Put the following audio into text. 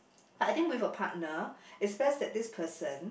I think with a partner it's best that this person